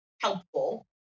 helpful